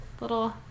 little